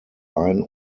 ein